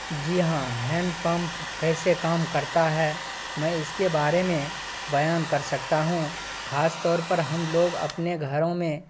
جی ہاں hand pump کیسے کام کرتا ہے میں اس کے بارے میں بیان کر سکتا ہوں خاص طور پر ہم لوگ اپنے گھروں میں